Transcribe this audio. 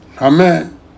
Amen